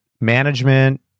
management